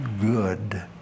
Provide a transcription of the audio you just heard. good